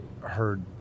heard